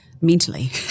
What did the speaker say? Mentally